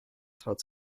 traut